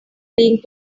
being